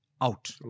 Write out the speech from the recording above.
Out